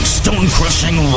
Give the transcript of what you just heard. stone-crushing